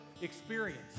experience